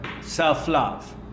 self-love